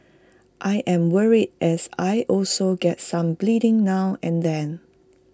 I am worried as I also get some bleeding now and then